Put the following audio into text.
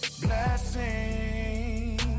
Blessing